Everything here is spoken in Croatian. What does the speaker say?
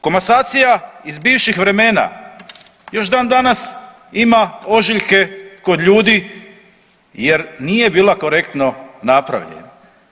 Komasacija iz bivših vremena još dan danas ima ožiljke kod ljudi jer nije bila korektno napravljena.